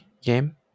game